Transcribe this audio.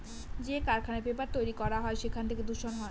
যে কারখানায় পেপার তৈরী করা হয় সেখান থেকে দূষণ হয়